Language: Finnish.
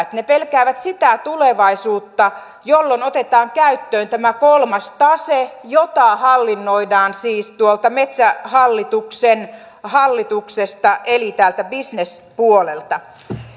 ne pelkäävät sitä tulevaisuutta jolloin otetaan käyttöön tämä kolmas tase jota hallinnoidaan siis tuolta metsähallituksen hallituksesta eli täältä bisnespuolelta